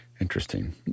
interesting